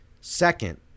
Second